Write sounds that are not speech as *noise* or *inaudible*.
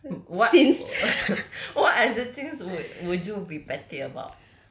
what *laughs* what other things wou~ would you be petty about